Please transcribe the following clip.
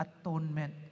atonement